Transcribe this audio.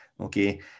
Okay